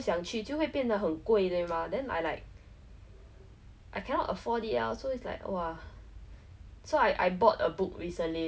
but then it was because like we had six five six of us going then after that one back out then after that almost everyone backed out except like my friend and I then we like